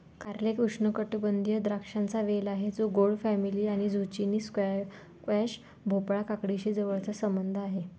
कारले एक उष्णकटिबंधीय द्राक्षांचा वेल आहे जो गोड फॅमिली आणि झुचिनी, स्क्वॅश, भोपळा, काकडीशी जवळचा संबंध आहे